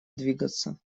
двигаться